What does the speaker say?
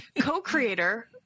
co-creator